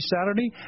Saturday